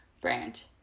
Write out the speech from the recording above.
branch